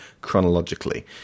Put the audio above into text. chronologically